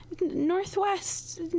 northwest